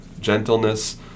gentleness